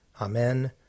Amen